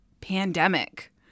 pandemic